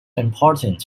important